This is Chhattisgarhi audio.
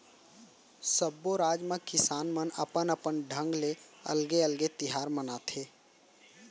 सब्बो राज म किसान मन अपन अपन ढंग ले अलगे अलगे तिहार मनाथे